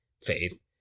faith